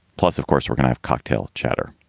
plus, of course, we're gonna have cocktail chatter.